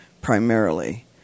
primarily